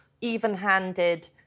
even-handed